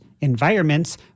environments